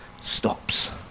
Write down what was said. stops